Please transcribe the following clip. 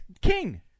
King